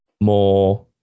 more